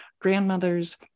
grandmother's